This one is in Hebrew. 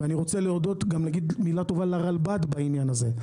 אני רוצה להגיד מילה טובה גם לרלב"ד בעניין הזה,